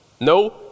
no